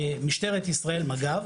משטרת ישראל/מג"ב,